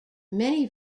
many